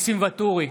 ניסים ואטורי,